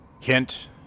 Kent